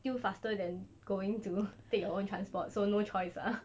still faster than going to take your own transport so no choice lah